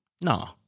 No